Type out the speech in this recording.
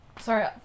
Sorry